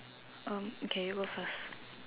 um okay you go first